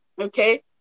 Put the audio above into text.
Okay